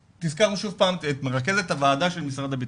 תיזכרנו שוב פעם את מרכזת הוועדה של משרד הבטחון.